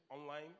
online